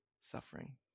suffering